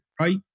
right